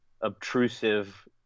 obtrusive